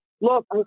look